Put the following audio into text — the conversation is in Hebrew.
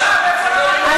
היא לא מנהלת את המדינה,